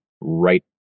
right